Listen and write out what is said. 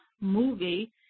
movie